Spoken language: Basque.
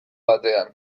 batean